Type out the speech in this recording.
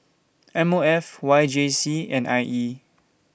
M O F Y J C and I E